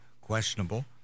questionable